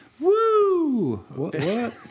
Woo